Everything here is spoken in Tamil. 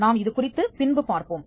நாம் இதுகுறித்துப் பின்பு பார்ப்போம்